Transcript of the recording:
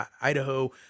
Idaho